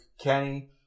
Kenny